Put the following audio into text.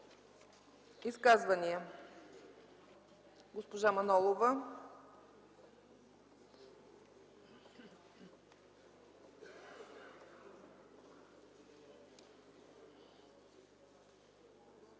изказване? Госпожа Манолова.